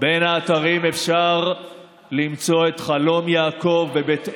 בין האתרים אפשר למצוא את חלום יעקב בבית אל,